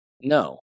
No